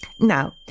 Now